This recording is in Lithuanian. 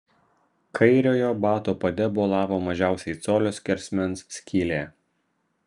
kairiojo bato pade bolavo mažiausiai colio skersmens skylė